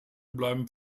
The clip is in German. bleiben